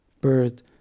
bird